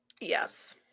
Yes